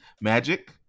Magic